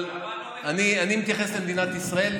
אבל אני מתייחס למדינת ישראל,